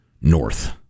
North